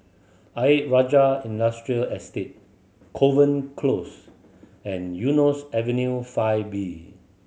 Ayer Rajah Industrial Estate Kovan Close and Eunos Avenue Five B